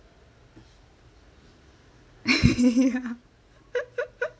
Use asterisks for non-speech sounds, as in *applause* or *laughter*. *laughs* yah